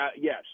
Yes